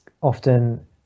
often